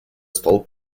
стол